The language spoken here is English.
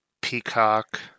Peacock